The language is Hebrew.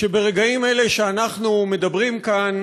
שברגעים אלה שאנחנו מדברים כאן,